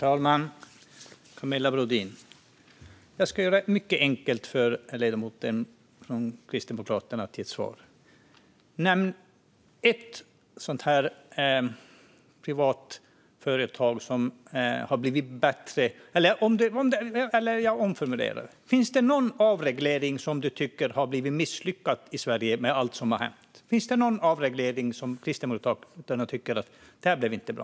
Herr talman! Jag ska göra det mycket enkelt för ledamoten Camilla Brodin från Kristdemokraterna att ge ett svar. Finns det någon avreglering som du tycker har blivit misslyckad i Sverige med allt som har hänt? Finns det någon avreglering som Kristdemokraterna inte tycker blev bra?